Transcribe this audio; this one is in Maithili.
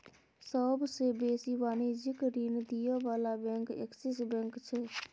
सबसे बेसी वाणिज्यिक ऋण दिअ बला बैंक एक्सिस बैंक छै